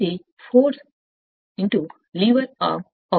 అది ఫోర్స్లీవర్m